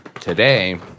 today